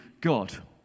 God